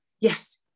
Yes